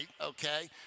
okay